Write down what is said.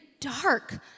dark